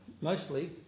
mostly